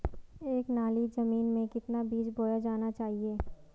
एक नाली जमीन में कितना बीज बोया जाना चाहिए?